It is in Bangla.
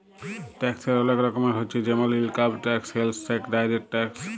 ট্যাক্সের ওলেক রকমের হচ্যে জেমল income tax, sales tax, direct tax